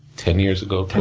ten years ago,